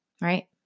right